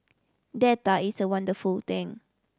data is a wonderful thing